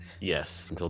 Yes